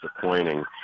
disappointing